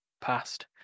past